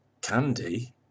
Candy